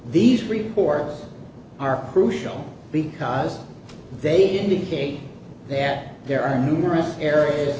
these reports are crucial because they indicate that there are numerous areas